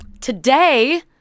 today